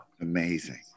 Amazing